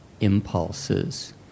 impulses